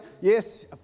Yes